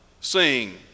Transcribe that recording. sing